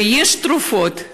ויש תרופות,